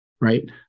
right